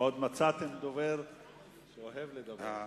מצאתם דובר שאוהב לדבר.